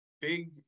big